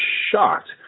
shocked